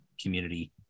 community